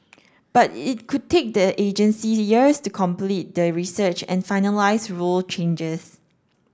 but it could take the agency years to complete the research and finalise rule changes